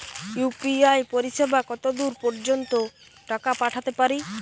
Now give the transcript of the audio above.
UPI পরিসেবা কতদূর পর্জন্ত টাকা পাঠাতে পারি?